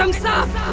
um stop,